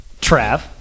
Trav